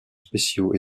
spéciaux